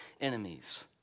enemies